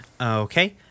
okay